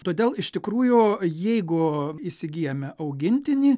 todėl iš tikrųjų jeigu įsigyjame augintinį